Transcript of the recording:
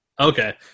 Okay